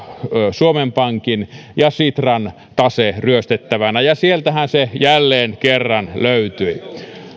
suomen pankin ja sitran tase ryöstettävänä ja sieltähän se jälleen kerran löytyi